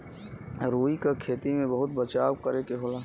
रुई क खेती में बहुत बचाव करे के होला